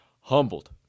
humbled